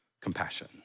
compassion